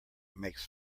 makes